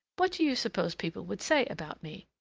what do you suppose people would say about me?